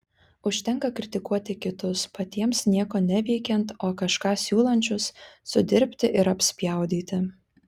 užtenka kritikuoti kitus patiems nieko neveikiant o kažką siūlančius sudirbti ir apspjaudyti